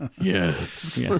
Yes